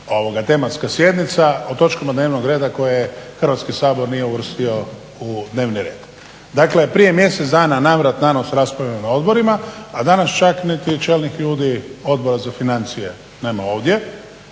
tematska sjednica, o točkama dnevnoga reda koje Hrvatski sabor nije uvrstio u dnevni red. Dakle prije mjesec dana navrat-nanos raspravljano na odborima a danas čak niti čelnih ljudi Odbora za financije nema ovdje,